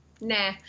nah